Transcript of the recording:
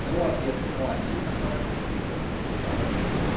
não o havia senão ali e na sala de visitas fechada sempre